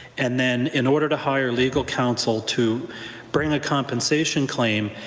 and then in order to hire legal counsel to bring a compensation claim,